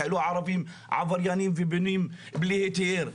כאילו ערבים עבריינים ובונים בלי היתר,